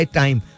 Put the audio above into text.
time